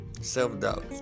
Self-doubt